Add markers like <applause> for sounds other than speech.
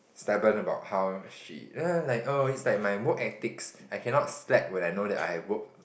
stubborn about how she <noise> oh it's like my work ethics I cannot slack when I know that I have work